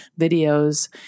videos